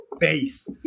base